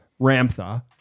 Ramtha